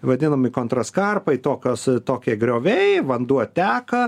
vadinami kontroskarpai to kas tokie grioviai vanduo teka